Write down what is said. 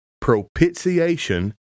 propitiation